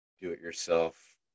do-it-yourself